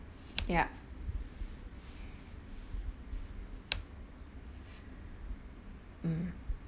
ya mm